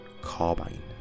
carbine